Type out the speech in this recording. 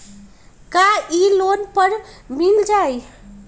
का इ लोन पर मिल जाइ?